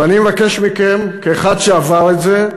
ואני מבקש מכם כאחד שעבר את זה,